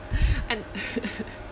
and